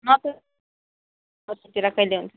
ल त पछितिर कहिले हुन्छ